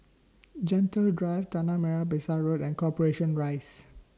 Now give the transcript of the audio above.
Gentle Drive Tanah Merah Besar Road and Corporation Rise